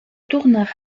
tourne